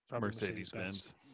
mercedes-benz